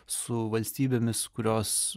su valstybėmis kurios